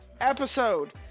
episode